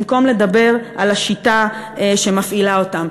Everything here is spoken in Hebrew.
במקום לדבר על השיטה שמפעילה אותם.